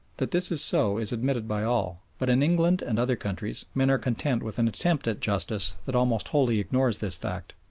that this is so is admitted by all, but in england and other countries men are content with an attempt at justice that almost wholly ignores this fact.